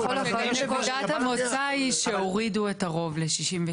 בכל אופן נקודת המוצא היא שהורידו את הרוב ל-66%.